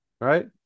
right